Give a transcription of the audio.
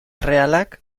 errealak